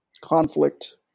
conflict